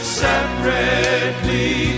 separately